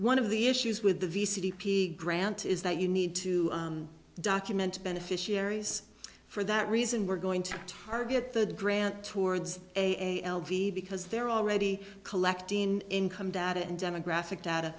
one of the issues with the v c p grant is that you need to document beneficiaries for that reason we're going to target the grant towards a l v because they're already collecting in income data and demographic data